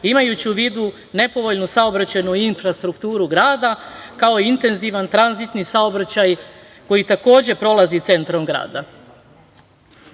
imajući u vidu nepovoljnu saobraćajnu infrastrukturu grada kao intenzivan tranzitni saobraćaj koji takođe prolazi centrom